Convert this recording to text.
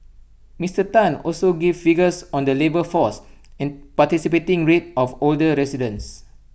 Mister Tan also gave figures on the labour force participation rate of older residents